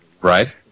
Right